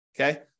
Okay